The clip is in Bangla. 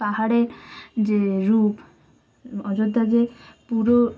পাহাড়ের যে রূপ অযোধ্যার যে পুরো